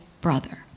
brother